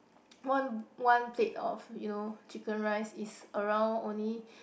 one one plate of you know chicken rice is around only